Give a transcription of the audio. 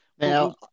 Now